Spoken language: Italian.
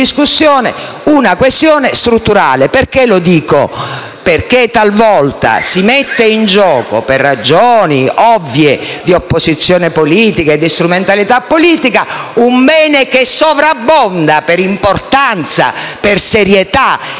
una questione strutturale. Lo dico perché talvolta si mette in gioco, per ragioni ovvie di opposizione e di strumentalità politica, un bene che sovrabbonda per importanza, per serietà